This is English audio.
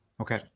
Okay